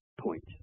point